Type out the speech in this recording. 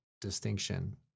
distinction